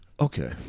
Okay